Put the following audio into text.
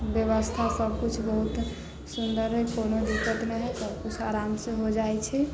व्यवस्था सभकिछु बहुत सुन्दर हइ कोनो दिक्कत नहि हइ सभकिछु आरामसँ हो जाइत छै